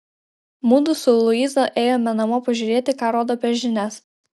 mudu su luiza ėjome namo pažiūrėti ką rodo per žinias